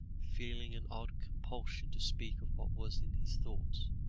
feeling an odd compulsion to speak of what was in his thoughts